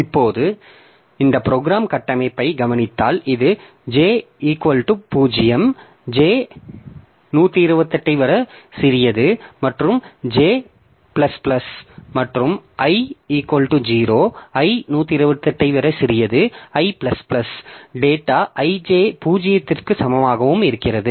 இப்போது இந்த ப்ரோக்ராம் கட்டமைப்பை கவனித்தால் இது j0 j128 j மற்றும் i0i128i டேட்டா ij 0 க்கு சமமாகவும் இருக்கிறது